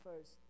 first